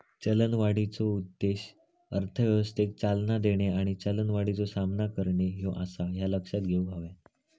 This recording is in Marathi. चलनवाढीचो उद्देश अर्थव्यवस्थेक चालना देणे आणि चलनवाढीचो सामना करणे ह्यो आसा, ह्या लक्षात घेऊक हव्या